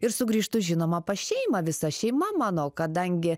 ir sugrįžtu žinoma pas šeimą visa šeima mano kadangi